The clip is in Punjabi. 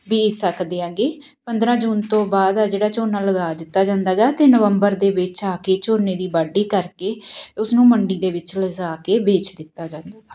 ਬੀਜ ਸਕਦੇ ਹੈਗੇ ਪੰਦਰਾਂ ਜੂਨ ਤੋਂ ਬਾਅਦ ਆ ਜਿਹੜਾ ਝੋਨਾ ਲਗਾ ਦਿੱਤਾ ਜਾਂਦਾ ਗਾ ਅਤੇ ਨਵੰਬਰ ਦੇ ਵਿੱਚ ਆ ਕੇ ਝੋਨੇ ਦੀ ਵਾਢੀ ਕਰਕੇ ਉਸਨੂੰ ਮੰਡੀ ਦੇ ਵਿੱਚ ਲਿਜਾ ਕੇ ਵੇਚ ਦਿੱਤਾ ਜਾਂਦਾ